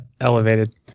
elevated